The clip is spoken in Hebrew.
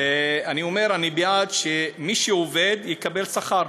ואני אומר, אני בעד שמי שעובד יקבל שכר,